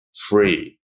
free